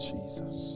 Jesus